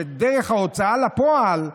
בדרך ההוצאה לפועל,